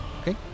Okay